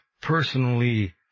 personally